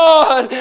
God